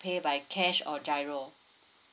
pay by cash or giro